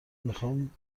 میخام